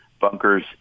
bunkers